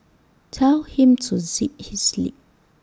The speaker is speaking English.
tell him to zip his lip